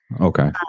Okay